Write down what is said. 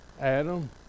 Adam